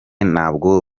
ntabwo